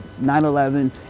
9-11